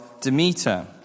Demeter